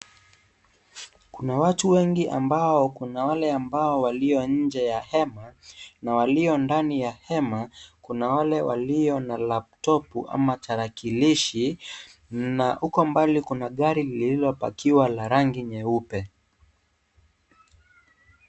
Kuna watu wengi ambao kuna wale ambao walio nje ya hema na walio ndani ya hema kuna wale walio na laptopu ama tarakilishi na huko mbali kuna gari lililo pakiwa la rangi nyeupe.